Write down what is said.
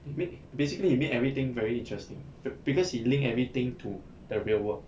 basically he made everything very interesting because he link everything to the real world